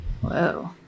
Whoa